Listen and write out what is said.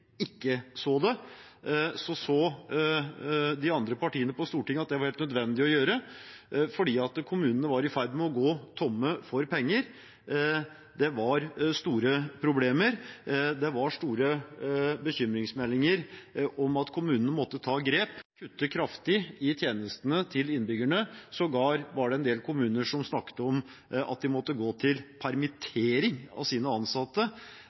ikke så det, så de andre partiene på Stortinget at det var det helt nødvendig å gjøre, fordi kommunene var i ferd med å gå tomme for penger. Det var store problemer. Det kom mange bekymringsmeldinger om at kommunene måtte ta grep og kutte kraftig i tjenestene til innbyggerne. Sågar var det en del kommuner som snakket om at de måtte gå til permittering av sine ansatte,